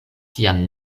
sian